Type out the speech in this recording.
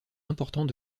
importants